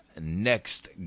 next